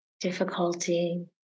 difficulty